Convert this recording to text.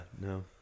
no